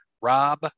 Rob